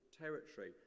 territory